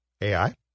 AI